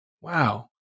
Wow